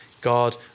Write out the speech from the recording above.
God